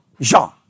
Jean